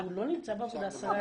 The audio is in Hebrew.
הוא לא נמצא בעבודה עשרה ימים.